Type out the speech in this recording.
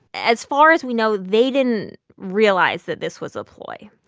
as far as we know, they didn't realize that this was a ploy,